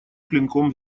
клинком